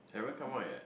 haven't come out yet